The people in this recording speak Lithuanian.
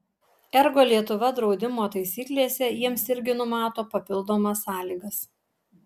ergo lietuva draudimo taisyklėse jiems irgi numato papildomas sąlygas